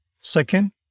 Second